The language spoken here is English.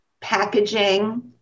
packaging